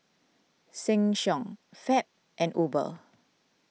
Sheng Siong Fab and Uber